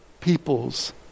people's